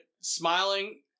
smiling